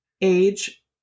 age